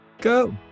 go